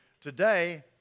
Today